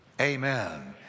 amen